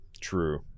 true